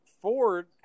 Ford